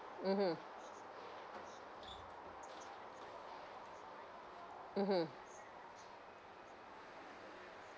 mmhmm mmhmm